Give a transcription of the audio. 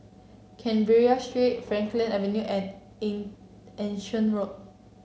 Canberra Street Frankel Avenue and Anson Road